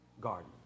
Garden